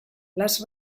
les